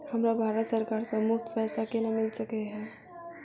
हमरा भारत सरकार सँ मुफ्त पैसा केना मिल सकै है?